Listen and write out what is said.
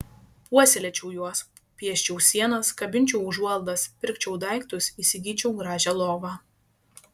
puoselėčiau juos pieščiau sienas kabinčiau užuolaidas pirkčiau daiktus įsigyčiau gražią lovą